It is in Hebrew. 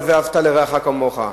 על "ואהבת לרעך כמוך".